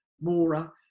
Mora